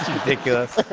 ridiculous.